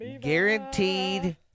guaranteed